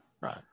Right